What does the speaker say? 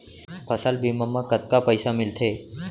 फसल बीमा म कतका पइसा मिलथे?